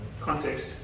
context